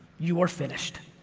you are finished.